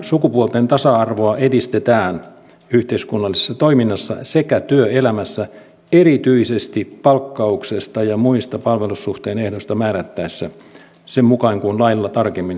sukupuolten tasa arvoa edistetään yhteiskunnallisessa toiminnassa sekä työelämässä erityisesti palkkauksesta ja muista palvelussuhteen ehdoista määrättäessä sen mukaan kuin lailla tarkemmin säädetään